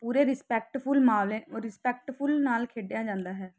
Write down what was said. ਪੂਰੇ ਰਿਸਪੈਕਟਫੁਲ ਮਾਮਲੇ ਰਿਸਪੈਕਟਫੁਲ ਨਾਲ ਖੇਡਿਆ ਜਾਂਦਾ ਹੈ